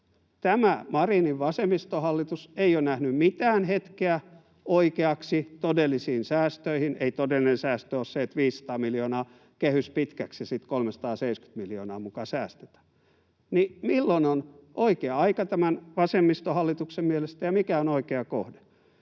Tämä Marinin vasemmistohallitus ei ole nähnyt mitään hetkeä oikeaksi todellisiin säästöihin. Ei todellinen säästö ole se, että 500 miljoonaa kehys pitkäksi ja sitten 370 miljoonaa muka säästetään. Niin milloin on oikea aika tämän vasemmistohallituksen mielestä, ja mikä on oikea kohde?